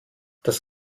das